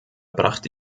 brachte